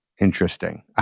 Interesting